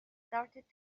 started